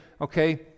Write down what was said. okay